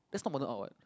that's not modern or what